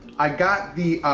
i've got the,